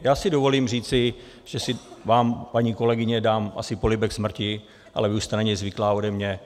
Já si dovolím říci, že vám, paní kolegyně, dám asi polibek smrti, ale vy už jste na něj zvyklá ode mě.